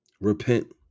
Repent